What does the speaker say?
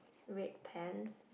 red pants